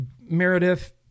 Meredith